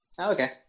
Okay